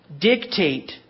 dictate